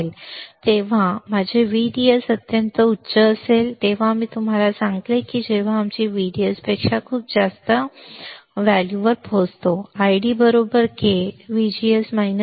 तेव्हा जेव्हा माझे व्हीडीएस अत्यंत उच्च असते तेव्हा मी तुम्हाला सांगितले की जेव्हा आम्ही व्हीडीएसपेक्षा खूप जास्त वर पोहोचतो ID k 2 मग माझ्याकडे काय असेल